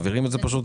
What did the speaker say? מעבירים את זה פשוט.